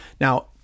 Now